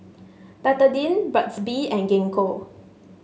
Betadine Burt's Bee and Gingko